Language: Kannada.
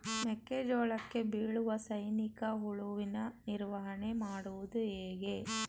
ಮೆಕ್ಕೆ ಜೋಳಕ್ಕೆ ಬೀಳುವ ಸೈನಿಕ ಹುಳುವಿನ ನಿರ್ವಹಣೆ ಮಾಡುವುದು ಹೇಗೆ?